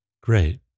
great